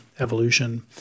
evolution